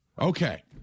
Okay